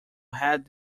had